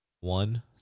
One